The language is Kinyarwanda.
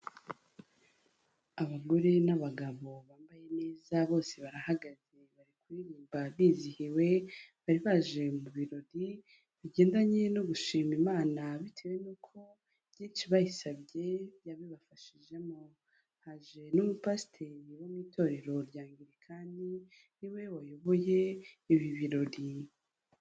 Abagore n'abagabo bambaye neza, bose barahagaze bari kuririmba bizihiwe, bari baje mu birori bigendanye no gushima Imana bitewe n'uko byinshi bayisabye yabibafashijemo, haje n'umupasiteri wo mu itorero ry'Angirikani niwe wayoboye ibi birori.